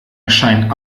erscheinen